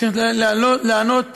אחרי שהצוות יעשה את תפקידו,